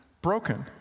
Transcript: Broken